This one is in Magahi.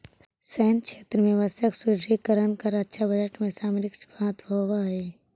सैन्य क्षेत्र में आवश्यक सुदृढ़ीकरण ला रक्षा बजट के सामरिक महत्व होवऽ हई